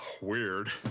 weird